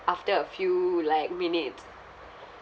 after a few like minutes